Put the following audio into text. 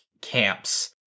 camps